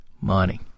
money